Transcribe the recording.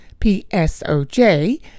psoj